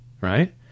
right